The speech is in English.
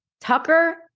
Tucker